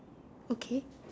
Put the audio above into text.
okay